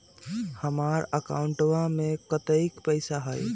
हमार अकाउंटवा में कतेइक पैसा हई?